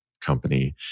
company